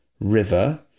river